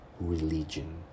religion